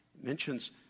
mentions